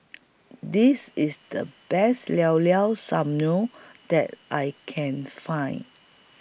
This IS The Best Llao Llao Sanum that I Can Find